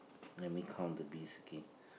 let me count the bees again